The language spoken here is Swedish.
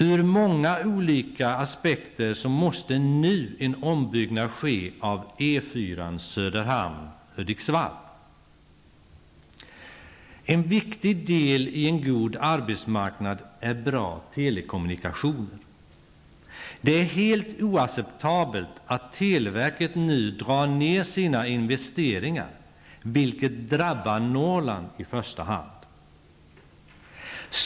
Ur många olika aspekter är det nödvändigt att en ombyggnad nu sker av E 4 Söderhamn--Hudiksvall. En viktig del i en god arbetsmarknad är bra telekommunikationer. Det är helt oacceptabelt att televerket nu drar ner på sina investeringar, vilket drabbar Norrland i första hand.